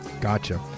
Gotcha